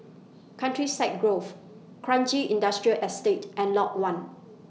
Countryside Grove Kranji Industrial Estate and Lot one